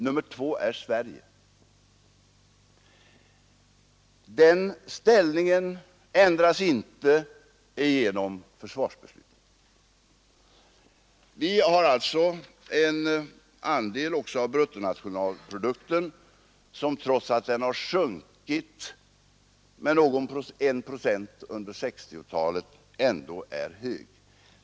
Nummer två är Sverige. Den ställningen ändras inte genom försvarsbeslutet. Försvarets andel av bruttonationalprodukten har sjunkit med 1 procent under 1960-talet men är ändå hög.